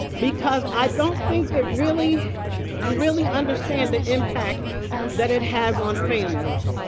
because i don't think it really you really understand the impact that it has on families.